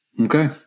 Okay